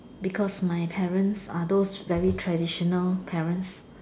because my parents are those very traditional parents